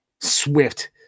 swift